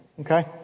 Okay